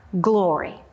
glory